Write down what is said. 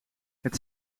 het